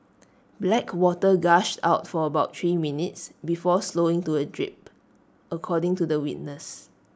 black water gushed out for about three minutes before slowing to A drip according to the witness